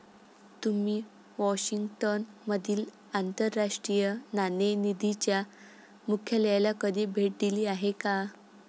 तुम्ही वॉशिंग्टन मधील आंतरराष्ट्रीय नाणेनिधीच्या मुख्यालयाला कधी भेट दिली आहे का?